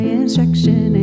instruction